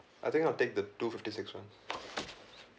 I think I'll take the two fifty six one